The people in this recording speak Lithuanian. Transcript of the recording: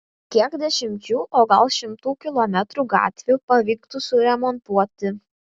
kiek dešimčių o gal šimtų kilometrų gatvių pavyktų suremontuoti